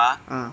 mm